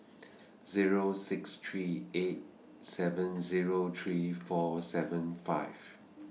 Zero six three eight seven Zero three four seven five